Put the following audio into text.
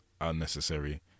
unnecessary